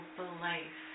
belief